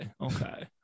okay